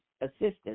assistance